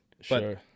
Sure